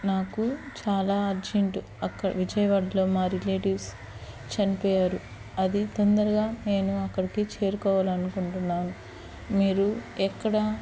నాకు చాలా అర్జెంట్ విజయవాడలో మా రిలేటివ్స్ చనిపోయారు అది తొందరగా నేను అక్కడికి చేరుకోవాలి అనుకుంటున్నాను మీరు ఎక్కడా